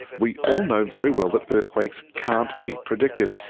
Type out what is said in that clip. we all know very well that earthquakes can't be predicted,